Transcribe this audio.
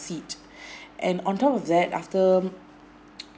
seat and on top of that after